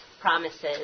promises